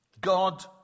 God